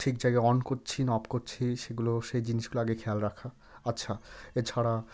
ঠিক জায়গায় অন করছি না অফ করছি সেগুলো সেই জিনিসগুলো আগে খেয়াল রাখা আচ্ছা এছাড়া